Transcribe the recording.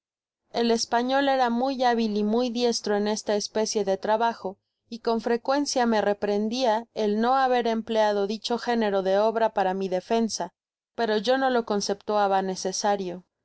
el español era muy hábil y muy diestro en esta espesie de trabajo y con frecuencia me reprendia el no haber empleado dicho género de obra para mi defensa pero yo no lo conceptuaba necesario